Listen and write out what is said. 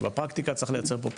ובפרקטיקה צריך לייצר פה פתרונות,